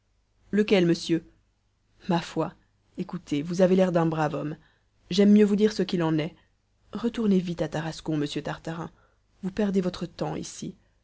lequel monsieur ma foi écoutez vous avez i'air d'un brave homme j'aime mieux vous dire ce qu'il en est retournez vite à tarascon monsieur tartarin vous perdez votre temps ici